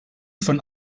von